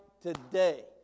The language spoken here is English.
today